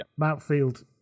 Mountfield